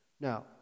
Now